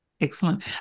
excellent